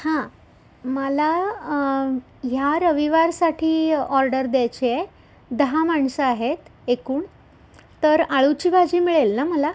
हां मला ह्या रविवारसाठी ऑर्डर द्यायची आहे दहा माणसं आहेत एकूण तर अळूची भाजी मिळेल ना मला